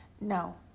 No